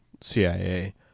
CIA